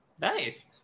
Nice